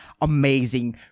amazing